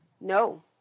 No